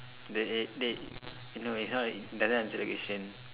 they eh they eh no it's not it doesn't answer the question